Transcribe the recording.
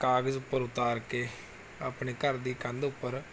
ਕਾਗਜ਼ ਪਰ ਉਤਾਰ ਕੇ ਆਪਣੇ ਘਰ ਦੀ ਕੰਧ ਉੱਪਰ